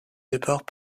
départ